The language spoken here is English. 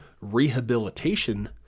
rehabilitation